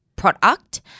product